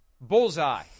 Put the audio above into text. Bullseye